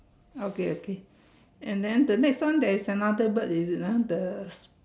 okay okay and then the next one there is another bird is it ah the